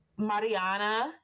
Mariana